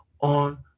on